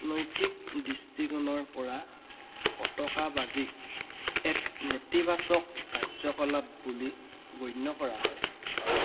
নৈতিক দৃষ্টিকোণৰ পৰা ফটকাবাজিক এক নেতিবাচক কাৰ্য্যকলাপ বুলি গণ্য কৰা হয়